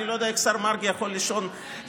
אני לא יודע אם השר מרגי יכול לישון בלילה,